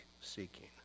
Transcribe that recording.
seeking